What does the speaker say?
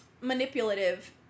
manipulative